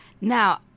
now